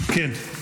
כן.